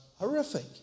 horrific